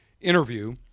interview